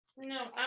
No